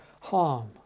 harm